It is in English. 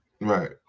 right